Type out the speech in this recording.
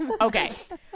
okay